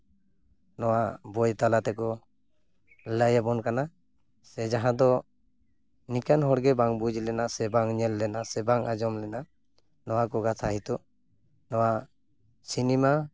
ᱱᱚᱣᱟ ᱵᱳᱭ ᱛᱟᱞᱟ ᱛᱮᱠᱚ ᱞᱟᱹᱭᱟᱵᱚᱱ ᱠᱟᱱᱟ ᱥᱮ ᱡᱟᱦᱟᱸ ᱫᱚ ᱱᱤᱠᱟᱹᱱ ᱦᱚᱲ ᱜᱮ ᱵᱟᱝ ᱵᱩᱡᱽ ᱞᱮᱱᱟ ᱥᱮ ᱵᱟᱝ ᱧᱮᱞ ᱞᱮᱱᱟ ᱥᱮ ᱵᱟᱝ ᱟᱸᱡᱚᱢ ᱞᱮᱱᱟ ᱱᱚᱣᱟ ᱠᱚ ᱠᱟᱛᱷᱟ ᱱᱤᱛᱳᱜ ᱱᱚᱣᱟ ᱥᱤᱱᱤᱢᱟ